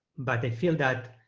but i feel that,